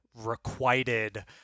requited